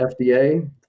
FDA